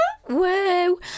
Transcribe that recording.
whoa